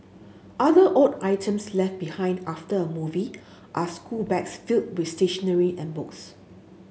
other odd items left behind after a movie are schoolbags filled with stationery and books